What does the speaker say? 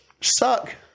suck